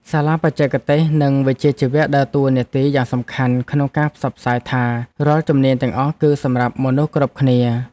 សាលាបច្ចេកទេស និងវិជ្ជាជីវៈដើរតួនាទីយ៉ាងសំខាន់ក្នុងការផ្សព្វផ្សាយថា រាល់ជំនាញទាំងអស់គឺសម្រាប់មនុស្សគ្រប់គ្នា។